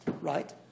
right